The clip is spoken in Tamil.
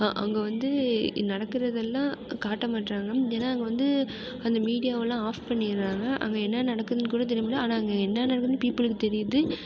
ஆ அங்கே வந்து நடக்கிறதெல்லாம் காட்ட மாட்டுறாங்க ஏன்னா அங்கே வந்து அந்த மீடியாவலாம் ஆஃப் பண்ணிடுறாங்க அங்கே என்ன நடக்குதுன்னுகூட தெரிய மாட்டுது ஆனால் அங்கே என்ன நடக்குதுன்னு பீப்பிளுக்கு தெரியிது